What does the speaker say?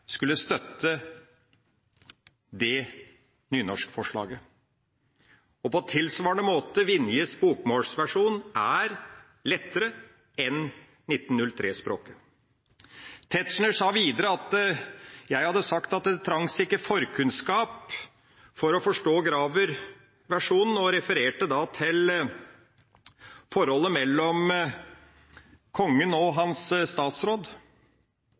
skulle støtte det nynorskforslaget. På tilsvarende måte: Vinjes bokmålsversjon er lettere enn 1903-språket. Tetzschner sa videre at jeg hadde sagt at det ikke trengtes forkunnskap for å forstå Graver-versjonen og refererte da til forholdet mellom Kongen og hans statsråd.